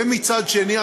ומצד שני,